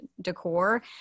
decor